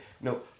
No